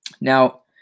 Now